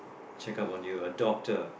check up on you a doctor